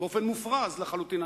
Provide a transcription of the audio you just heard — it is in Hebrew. באופן מופרז לחלוטין.